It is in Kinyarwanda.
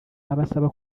abasaba